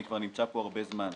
אני כבר נמצא פה הרבה זמן,